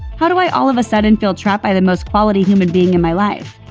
how do i all of a sudden feel trapped by the most quality human being in my life?